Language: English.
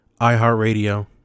iHeartRadio